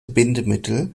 bindemittel